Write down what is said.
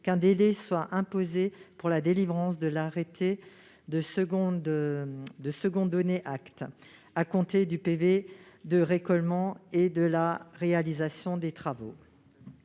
qu'un délai soit imposé pour la délivrance de l'arrêté de second donné acte à compter du procès-verbal de récolement et de réalisation des travaux.